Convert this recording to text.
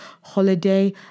Holiday